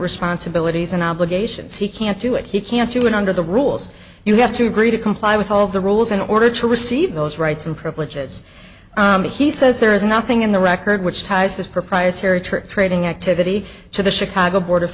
responsibilities and obligations he can't do it he can't do it under the rules you have to agree to comply with all the rules in order to receive those rights and privileges he says there is nothing in the record which ties this proprietary trick trading activity to the chicago board of